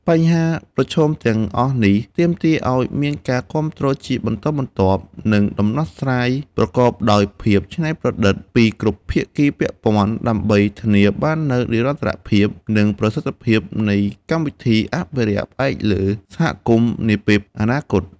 បញ្ហាប្រឈមទាំងអស់នេះទាមទារឱ្យមានការគាំទ្រជាបន្តបន្ទាប់ និងដំណោះស្រាយប្រកបដោយភាពច្នៃប្រឌិតពីគ្រប់ភាគីពាក់ព័ន្ធ ដើម្បីធានាបាននូវនិរន្តរភាព និងប្រសិទ្ធភាពនៃកម្មវិធីអភិរក្សផ្អែកលើសហគមន៍នាពេលអនាគត។